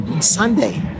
Sunday